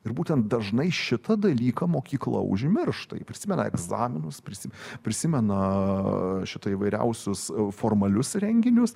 ir būtent dažnai šitą dalyką mokykla užmiršta ji prisimena egzaminus prisim prisimena šit įvairiausius formalius renginius